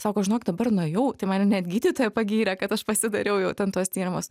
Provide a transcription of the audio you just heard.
sako žinok dabar nuėjau tai mane net gydytoja pagyrė kad aš pasidariau jau ten tuos tyrimus